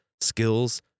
skills